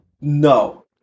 no